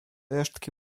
resztki